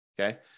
Okay